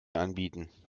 anbieten